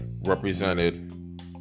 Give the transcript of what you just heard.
represented